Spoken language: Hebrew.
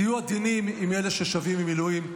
תהיו עדינים עם אלה ששבים ממילואים,